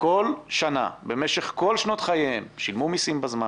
בכל שנה, במשך כל שנות חייהם שילמו מסים בזמן,